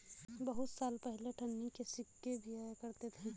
बहुत साल पहले अठन्नी के सिक्के भी आया करते थे